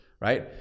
right